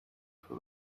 for